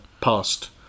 past